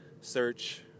search